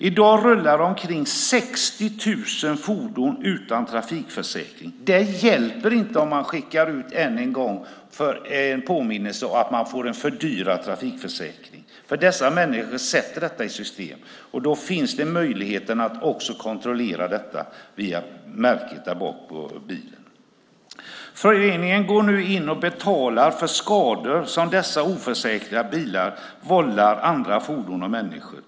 I dag rullar omkring 60 000 fordon utan trafikförsäkring. Det hjälper inte om man än en gång skickar ut en påminnelse och det blir en fördyrad trafikförsäkring. Dessa människor sätter detta i system, och i dag finns möjligheten att kontrollera detta genom märket där bak på bilen. Föreningen går nu in och betalar för skador som dessa oförsäkrade bilar vållar andra fordon och människor.